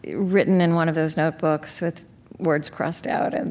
written in one of those notebooks, with words crossed out, and